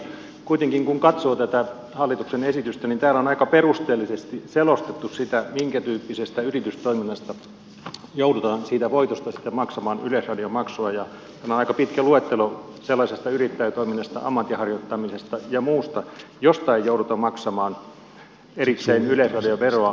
kuitenkin kun katsoo tätä hallituksen esitystä täällä on aika perusteellisesti selostettu sitä minkä tyyppisestä yritystoiminnasta joudutaan siitä voitosta sitten maksamaan yleisradiomaksua ja on aika pitkä luettelo sellaisesta yrittäjätoiminnasta ammatinharjoittamisesta ja muusta josta ei jouduta maksamaan erikseen yleisradioveroa